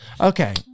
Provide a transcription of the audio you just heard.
Okay